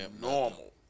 normal